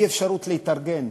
בלי אפשרות להתארגן,